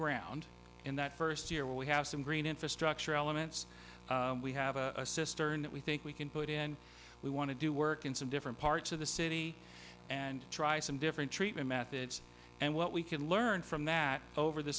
ground in that first year we have some green infrastructure elements we have a cistern that we think we can put in we want to do work in some different parts of the city and try some different treatment methods and what we can learn from that over the